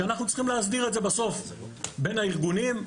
שאנחנו צריכים להסדיר את זה בסוף בין הארגונים,